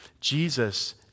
Jesus